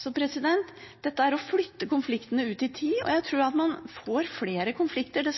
Dette er å dra konfliktene ut i tid, og jeg tror at man dessverre får flere konflikter.